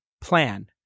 plan